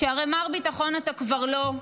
שהרי מר ביטחון אתה כבר לא,